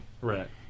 right